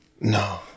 No